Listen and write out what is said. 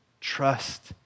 Trust